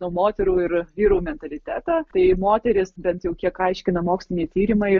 nu moterų ir vyrų mentalitetą tai moterys bent jau kiek aiškina moksliniai tyrimai